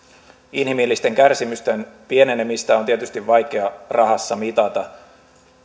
inhimillisten kärsimysten pienenemistä on tietysti vaikea rahassa mitata